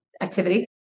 activity